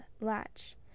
latch